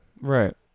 Right